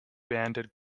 banded